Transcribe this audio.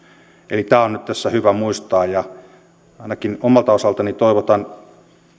eli tämä on nyt tässä hyvä muistaa ainakin omalta osaltani toivotan